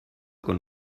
con